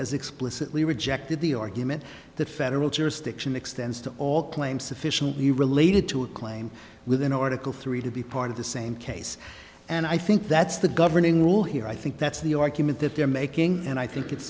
has explicitly rejected the argument that federal jurisdiction extends to all claims sufficiently related to a claim with an article three to be part of the same case and i think that's the governing rule here i think that's the argument that they're making and i think it's